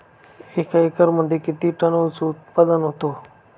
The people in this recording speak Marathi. एका एकरमध्ये किती टन ऊस उत्पादन होतो?